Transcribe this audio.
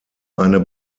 eine